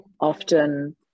often